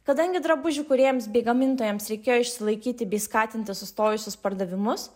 kadangi drabužių kūrėjams bei gamintojams reikėjo išsilaikyti bei skatinti sustojusius pardavimus